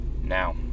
Now